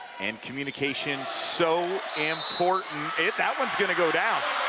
and communication's so important. that one's going to go down.